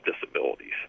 disabilities